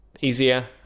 easier